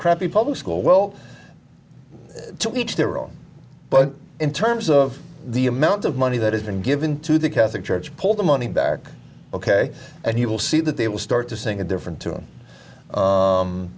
crappy public school well to each their own but in terms of the amount of money that has been given to the catholic church pull the money back ok and you will see that they will start to sing a different t